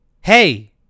hey